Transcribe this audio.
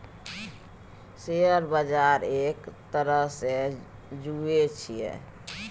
share बजार एक तरहसँ जुऐ छियै